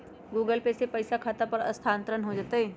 Google Pay से पईसा खाता पर स्थानानंतर हो जतई?